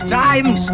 times